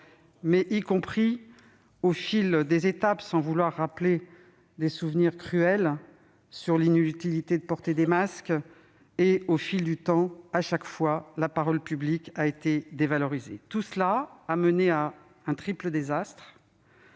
mais aussi, au gré des étapes et sans vouloir rappeler de cruels souvenirs, sur l'inutilité de porter des masques. Au fil du temps, chaque fois, la parole publique a été dévalorisée. Tout cela a conduit à un triple désastre